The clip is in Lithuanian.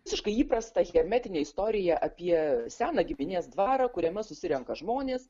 visiškai įprasta hermetinė istorija apie seną giminės dvarą kuriame susirenka žmonės